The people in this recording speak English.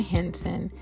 Henson